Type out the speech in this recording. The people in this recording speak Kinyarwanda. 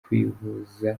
kwivuza